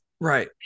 Right